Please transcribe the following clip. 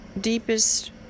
deepest